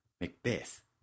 Macbeth